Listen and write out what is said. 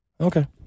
Okay